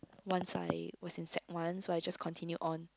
once I was in sec one so I just continue on